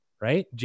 right